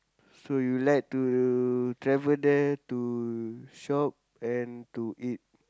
so you like to travel there to shop and to eat